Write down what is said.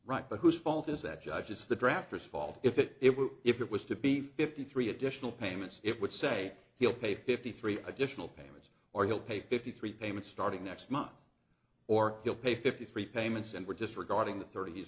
right but who's fault is that judge it's the drafters fault if it were if it was to be fifty three additional payments it would say he'll pay fifty three additional payments or he'll pay fifty three payments starting next month or he'll pay fifty three payments and we're just regarding the thirt